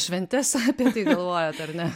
šventes apie tai galvojot ar ne